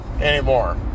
anymore